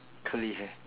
curly hair